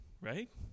right